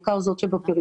בעיקר זאת שבפריפריה,